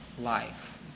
life